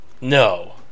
No